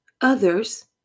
others